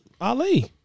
Ali